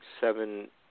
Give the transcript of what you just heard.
seven